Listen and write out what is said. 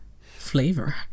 flavor